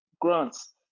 grants